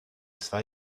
zwei